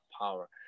power